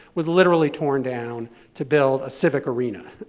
was literally torn down to build a civic arena